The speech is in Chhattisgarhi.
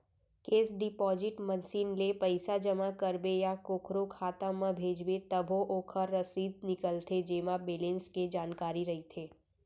केस डिपाजिट मसीन ले पइसा जमा करबे या कोकरो खाता म भेजबे तभो ओकर रसीद निकलथे जेमा बेलेंस के जानकारी रइथे